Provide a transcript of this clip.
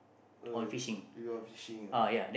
oh you you all fishing ah